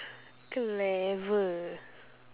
clever